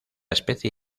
especie